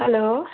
hello